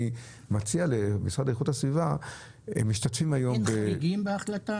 אין חריגים בהחלטה?